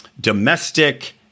domestic